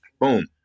Boom